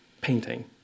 painting